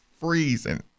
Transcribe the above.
freezing